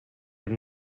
dem